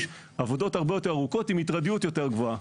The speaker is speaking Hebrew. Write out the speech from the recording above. עבודות הרבה יותר ארוכות עם --- יותר גבוהה.